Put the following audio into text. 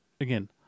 again